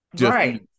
Right